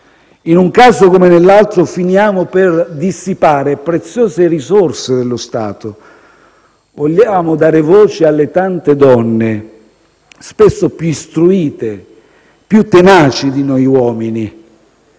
In un caso come nell'altro, finiamo per dissipare preziose risorse dello Stato. Vogliamo dare voce alle tante donne, spesso più istruite e più tenaci di noi uomini